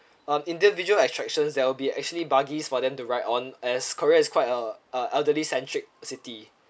um individual attractions that will be actually buggies for them to ride on as korea is quite uh elderly centric city